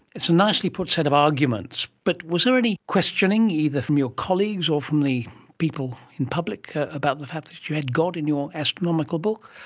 it's a nicely put set of arguments. but was there any questioning, either from your colleagues or from the people in public about the fact that you had god in your astronomical book?